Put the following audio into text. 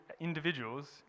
individuals